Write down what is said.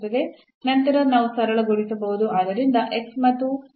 ನಂತರ ನಾವು ಸರಳಗೊಳಿಸಬಹುದು